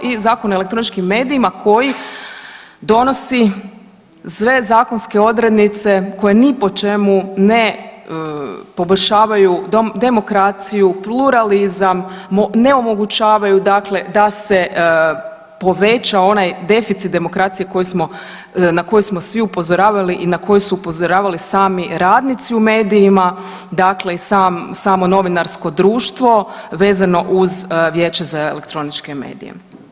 I Zakon o elektroničkim medijima koji donosi sve zakonske odrednice koje ni po čemu ne poboljšavaju demokraciju, pluralizam, ne omogućavaju da se poveća onaj deficit demokracije na koji smo svi upozoravali i na koji su upozoravali sami radnici u medijima, dakle i samo novinarsko društvo vezano uz Vijeće za elektroničke medije.